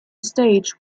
stage